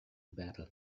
battle